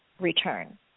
return